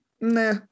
Nah